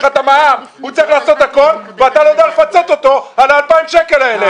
הוא צריך לעשות הכול ואתה לא בא לפצות אותו על ה-2,000 שקלים האלה.